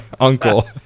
uncle